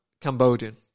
Cambodian